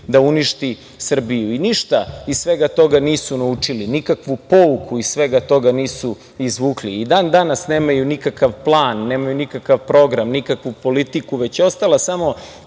da unište Srbiju. Ništa iz svega toga nisu naučili, nikakvu pouku iz svega toga nisu izvukli. Dan danas nemaju nikakav plan, nemaju nikakav program, nikakvu politiku, već je ostala samo